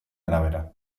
arabera